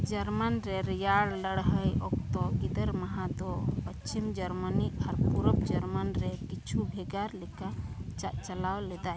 ᱡᱟᱨᱢᱟᱱ ᱨᱮ ᱨᱮᱭᱟᱲ ᱞᱟᱹᱲᱦᱟᱹᱭ ᱚᱠᱛᱚ ᱜᱤᱫᱟᱹᱨ ᱢᱟᱦᱟ ᱫᱚ ᱯᱚᱥᱪᱤᱢ ᱡᱟᱨᱢᱟᱱᱤ ᱟᱨ ᱯᱩᱨᱩᱵ ᱡᱟᱨᱢᱟᱱᱨᱮ ᱠᱤᱪᱷᱩ ᱵᱷᱮᱜᱟᱨ ᱞᱮᱠᱟ ᱪᱟᱼᱪᱟᱞᱟᱣ ᱞᱮᱫᱟᱭ